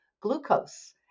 glucose